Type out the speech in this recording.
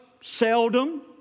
seldom